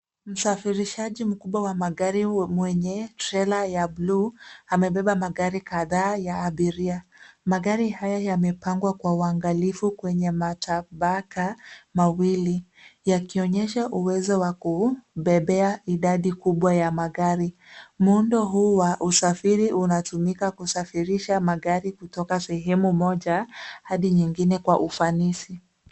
Msafirishaji mkubwa wa magari wa mwenye trela ya buluu amebeba magari kadhaa ya abiria ,magari haya yamepangwa kwa uangalifu kwenye matabaka mawili yakionyesha uwezo wa kubebea idadi kubwa ya magari, muundo huu wa usafiri unatumika kusafirisha magari kutoka sehemu moja hadi nyingine kwa ufanisi.